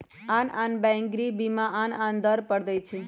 आन आन बैंक गृह बीमा आन आन दर पर दइ छै